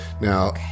Now